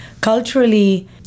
Culturally